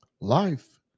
life